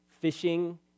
fishing